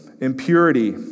impurity